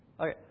Okay